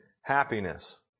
happiness